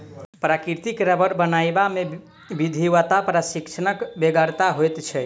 प्राकृतिक रबर बनयबा मे विधिवत प्रशिक्षणक बेगरता होइत छै